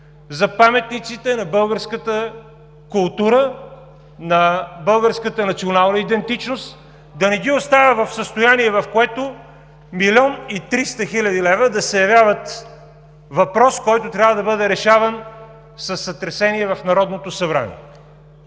за паметниците на българската култура, на българската национална идентичност, да не ги оставя в състояние, в което милион и 300 хил. лв. да се явяват въпрос, който трябва да бъде решаван със сътресение в Народното събрание.